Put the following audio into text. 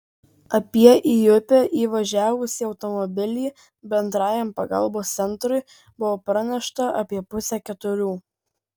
apie į upę įvažiavusį automobilį bendrajam pagalbos centrui buvo pranešta apie pusę keturių